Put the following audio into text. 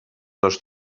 dos